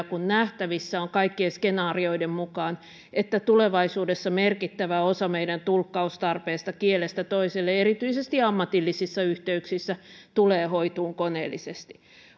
kun nähtävissä on kaikkien skenaarioiden mukaan että tulevaisuudessa merkittävä osa meidän tulkkaustarpeesta kielestä toiselle erityisesti ammatillisissa yhteyksissä tulee hoitumaan koneellisesti